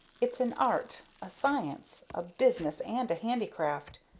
it's an art, a science, a business, and a handicraft.